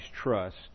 trust